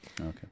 Okay